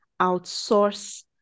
outsource